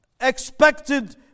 expected